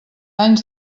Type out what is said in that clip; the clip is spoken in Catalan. anys